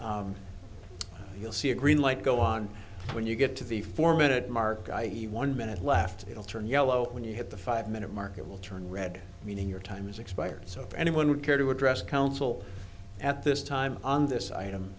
you'll see a green light go on when you get to the four minute mark i e one minute left it'll turn yellow when you hit the five minute mark it will turn red meaning your time is expired so if anyone would care to address council at this time on this item